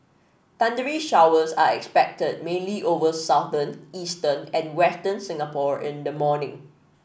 thundery showers are expected mainly over southern eastern and western Singapore in the morning